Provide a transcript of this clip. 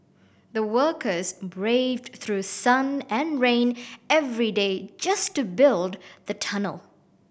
the workers braved through sun and rain every day just to build the tunnel